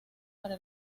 para